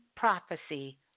prophecy